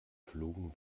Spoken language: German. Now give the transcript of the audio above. flogen